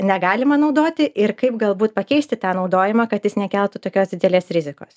negalima naudoti ir kaip galbūt pakeisti tą naudojimą kad jis nekeltų tokios didelės rizikos